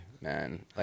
man